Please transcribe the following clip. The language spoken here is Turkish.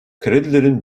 kredilerin